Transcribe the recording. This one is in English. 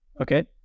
Okay